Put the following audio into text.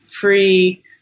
free